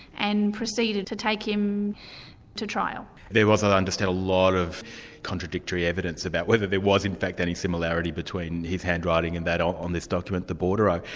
and proceeded to take him to trial. there was, i understand a lot of contradictory evidence about whether there was in fact any similarity between his handwriting and that on this document, the bordereaux.